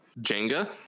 Jenga